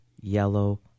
yellow